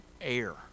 air